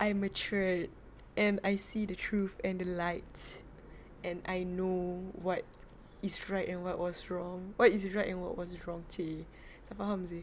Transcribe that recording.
I mature and I see the truth and the lights and I know what is right and what was wrong what is right and what was wrong !chey! macam faham seh